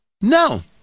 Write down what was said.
No